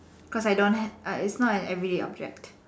cause I don't have it's not an everyday object